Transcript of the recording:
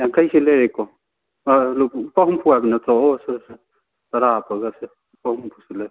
ꯌꯥꯡꯈꯩ ꯑꯁꯤꯗ ꯂꯩꯔꯦꯀꯣ ꯂꯨꯞ ꯂꯨꯄꯥ ꯍꯨꯝꯐꯨ ꯍꯥꯏꯕ ꯅꯠꯇ꯭ꯔꯣ ꯑꯣ ꯁꯣꯏꯔꯦ ꯁꯣꯏꯔꯦ ꯇꯔꯥ ꯍꯥꯄꯒ ꯁꯦ ꯂꯨꯄꯥ ꯍꯨꯝꯐꯨ ꯑꯁꯤꯗ ꯂꯩꯔꯦ